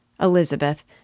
Elizabeth